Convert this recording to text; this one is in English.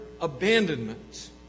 abandonment